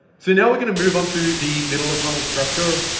so now we're gonna move on to the middle of funnel structure.